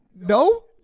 No